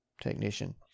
technician